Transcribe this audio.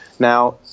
Now